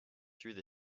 through